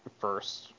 first